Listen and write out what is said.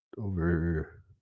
over